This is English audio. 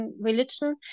religion